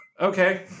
Okay